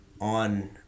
on